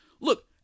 look